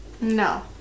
No